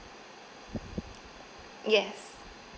yes